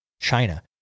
China